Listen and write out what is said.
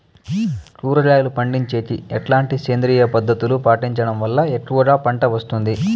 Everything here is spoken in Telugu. కూరగాయలు పండించేకి ఎట్లాంటి సేంద్రియ పద్ధతులు పాటించడం వల్ల ఎక్కువగా పంట వస్తుంది?